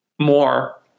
more